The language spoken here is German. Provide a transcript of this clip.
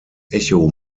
echo